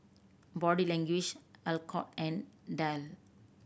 Body Language Alcott and Dell